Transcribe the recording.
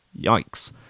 Yikes